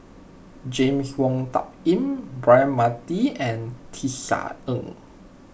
James Wong Tuck Yim Braema Mathi and Tisa